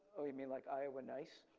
oh, you mean like iowa nice?